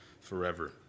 forever